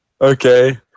Okay